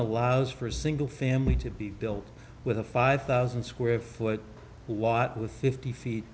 allows for a single family to be built with a five thousand square foot lot with fifty feet